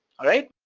alright?